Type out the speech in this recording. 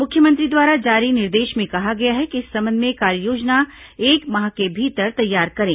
मुख्यमंत्री द्वारा जारी निर्देश में कहा गया है कि इस संबंध में कार्ययोजना एक माह के भीतर तैयार करें